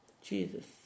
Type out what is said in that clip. Jesus